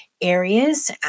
areas